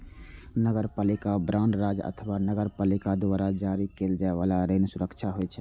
नगरपालिका बांड राज्य अथवा नगरपालिका द्वारा जारी कैल जाइ बला ऋण सुरक्षा होइ छै